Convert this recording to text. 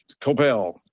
Copel